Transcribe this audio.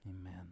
Amen